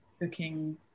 booking